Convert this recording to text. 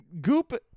goop